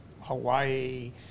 hawaii